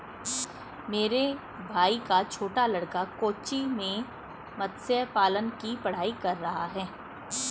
मेरे भाई का छोटा लड़का कोच्चि में मत्स्य पालन की पढ़ाई कर रहा है